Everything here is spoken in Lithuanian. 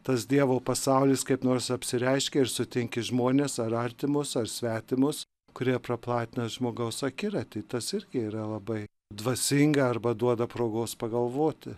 tas dievo pasaulis kaip nors apsireiškia ir sutinki žmones ar artimus ar svetimus kurie praplatina žmogaus akiratį tas irgi yra labai dvasinga arba duoda progos pagalvoti